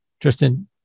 Tristan